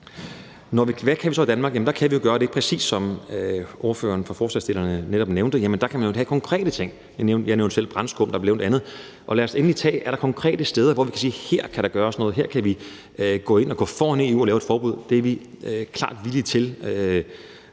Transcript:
Hvad kan vi så gøre i Danmark? Jamen der kan vi jo – præcis som ordføreren for forslagsstillerne netop nævnte – gøre nogle konkrete ting. Jeg nævnte selv brandskum; der blev nævnt andet. Er der konkrete steder, hvor vi kan sige: Her kan der gøres noget; her kan vi gå ind og gå foran EU og lave et forbud? Det er vi klart villige til